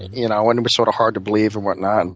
you know and and was sort of hard to believe and whatnot